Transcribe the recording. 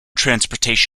transport